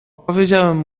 opowiedziałem